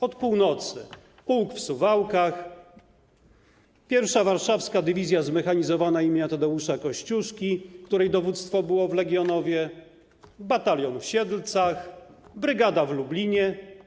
Od północy: pułk w Suwałkach, 1. Warszawska Dywizja Zmechanizowana im. Tadeusza Kościuszki, której dowództwo było w Legionowie, batalion w Siedlcach, brygada w Lublinie.